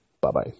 Bye-bye